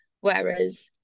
whereas